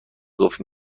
گفت